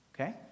Okay